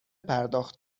پرداخت